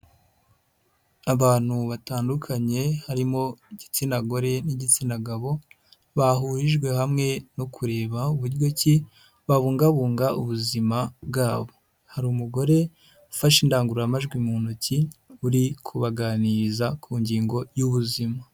Abantu batandukanye harimo igitsina gore n'igitsina gabo bahurijwe hamwe no kureba uburyo ki babungabunga ubuzima bwabo, hari umugore ufashe indangururamajwi mu ntoki uri kubaganiriza ku ngingo y'ubuzima.